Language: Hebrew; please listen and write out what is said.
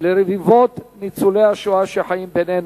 לרבבות ניצולי השואה שחיים בינינו,